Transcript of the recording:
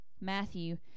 Matthew